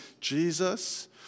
Jesus